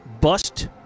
bust